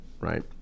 right